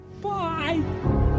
Bye